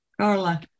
Carla